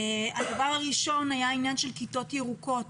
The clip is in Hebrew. הדבר הראשון היה הנושא של כיתות ירוקות.